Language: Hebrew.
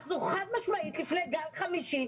אנחנו חד משמעית לפני גל חמישי,